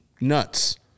nuts